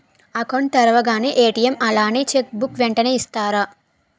Account తెరవగానే ATM అలాగే cheque book వెంటనే ఇస్తారా?